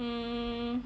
hmm